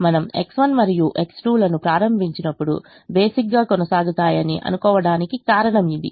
మనము X1 మరియు X2 లను ప్రారంభించినప్పుడు బేసిక్ గా కొనసాగుతాయని అనుకోవడానికి కారణం ఇది